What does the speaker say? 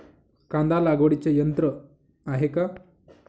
कांदा लागवडीचे यंत्र आहे का?